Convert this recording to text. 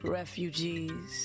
refugees